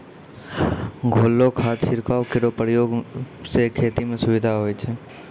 घोललो खाद छिड़काव केरो प्रयोग सें खेती म सुविधा होय छै